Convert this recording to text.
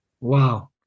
Wow